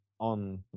on